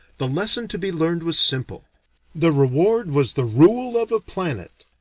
the lesson to be learned was simple the reward was the rule of a planet.